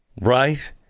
Right